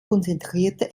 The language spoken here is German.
konzentrierte